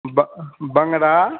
ब बंगरा